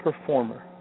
performer